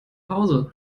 hause